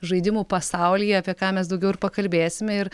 žaidimų pasaulyje apie ką mes daugiau ir pakalbėsime ir